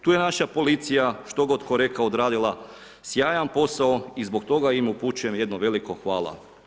Tu je naša policija, što tko god rekao, odradila sjajan posao i zbog toga im upućujem jedno veliko hvala.